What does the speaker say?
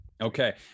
Okay